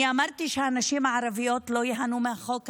אני אמרתי שהנשים הערביות לא ייהנו מהחוק הזה,